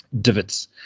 divots